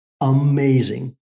amazing